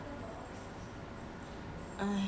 I wanted I wanted to kid now eh